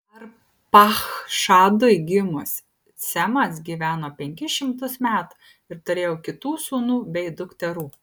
arpachšadui gimus semas gyveno penkis šimtus metų ir turėjo kitų sūnų bei dukterų